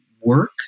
work